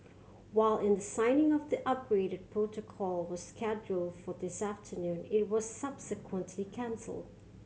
while in the signing of the upgraded protocol was scheduled for this afternoon it was subsequently cancelled